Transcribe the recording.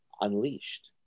unleashed